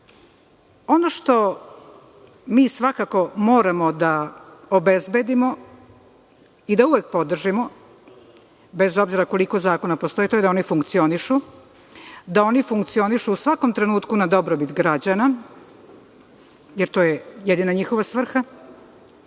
Ono što mi svakako moramo da obezbedimo i da uvek podržimo, bez obzira koliko zakona postoji, to je da oni funkcionišu u svakom trenutku za dobrobit građana, jer to je jedina njihova svrha,